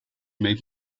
make